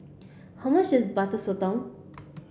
how much is Butter Sotong